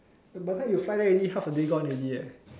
by the time you fly there already half a day gone already leh